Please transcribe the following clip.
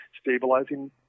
stabilizing